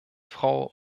frau